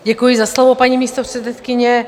Děkuji za slovo, paní místopředsedkyně.